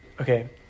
Okay